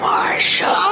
Marsha